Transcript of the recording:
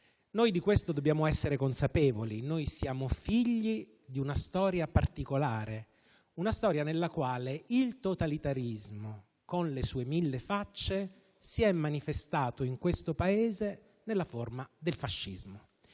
Di questo dobbiamo essere consapevoli. Noi siamo figli di una storia particolare, nella quale il totalitarismo, con le sue mille facce, si è manifestato in questo Paese nella forma del fascismo.